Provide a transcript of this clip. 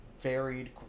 varied